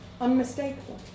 unmistakable